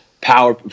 power